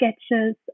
sketches